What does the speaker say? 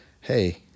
hey